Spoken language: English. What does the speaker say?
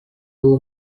too